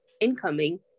incoming